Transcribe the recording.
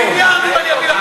מיליארדים אני אביא לפריפריה.